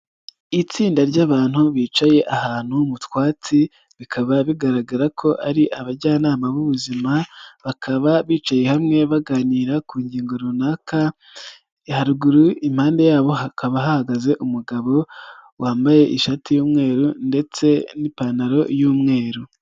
Itsinda ry'abantu bicaye ahantu mu twatsi bikaba bigaragara ko ari abajyanama b'ubuzima, bakaba bicaye hamwe baganira ku ngingo runaka, haruguru impande yabo hakaba hahagaze umugabo wambaye ishati y'umweru ndetse n'ipantaro y'umweru.